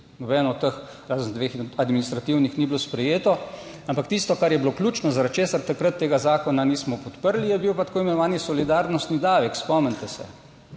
od teh razen dveh administrativnih ni bilo sprejeto. Ampak tisto kar je bilo ključno zaradi česar takrat tega zakona nismo podprli je bil pa tako imenovani solidarnostni davek, spomnite se.